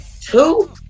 two